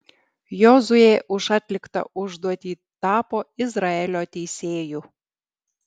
jozuė už atliktą užduotį tapo izraelio teisėju